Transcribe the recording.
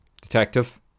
Detective